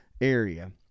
area